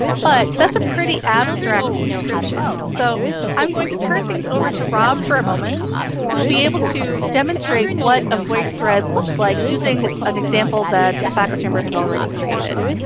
but that's a pretty abstract description. so i'm going to turn things over to rob for a moment who will be able to demonstrate what a voicethread looks like using an example that a faculty member has already created